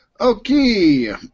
Okay